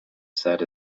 set